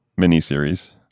miniseries